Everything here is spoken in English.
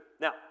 Now